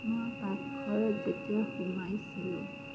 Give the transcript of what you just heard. মই পাকঘৰত যেতিয়া সোমাইছিলোঁ